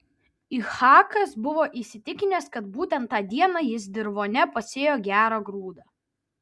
ichakas buvo įsitikinęs kad būtent tą dieną jis dirvone pasėjo gerą grūdą